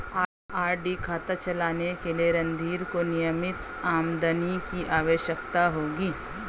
RD खाता चलाने के लिए रणधीर को नियमित आमदनी की आवश्यकता होगी